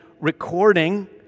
recording